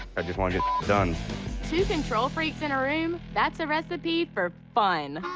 i just want to get done two control freaks in a room that's a recipe for fun